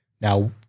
Now –